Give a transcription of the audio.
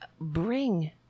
bring